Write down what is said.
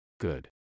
Good